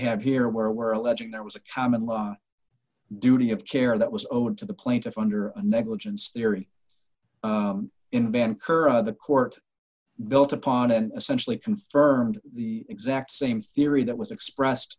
have here where we're alleging there was a common law duty of care that was owed to the plaintiff under a negligence theory in ben curran the court built upon an essentially confirmed the exact same theory that was expressed